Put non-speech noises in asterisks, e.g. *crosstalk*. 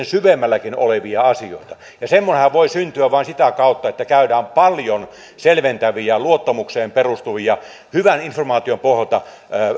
*unintelligible* syvemmälläkin olevia asioita ja semmoinenhan voi syntyä vain sitä kautta että käydään paljon selventäviä luottamukseen perustuvia hyvän informaation pohjalta